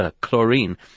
chlorine